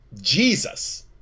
Jesus